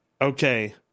okay